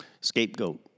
scapegoat